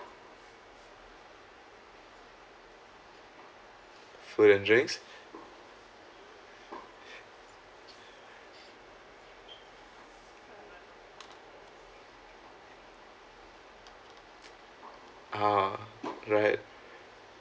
for your drinks uh right